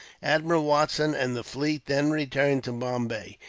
admiral watson and the fleet then returned to bombay,